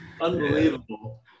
Unbelievable